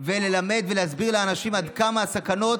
וללמד ולהסביר לאנשים עד כמה הסכנות,